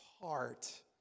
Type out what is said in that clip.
heart